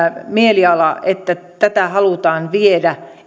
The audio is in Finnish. mieliala että tätä halutaan viedä